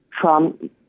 Trump